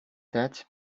that